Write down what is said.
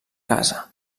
casa